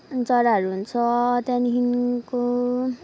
अनि चराहरू हुन्छ त्यहाँदेखिको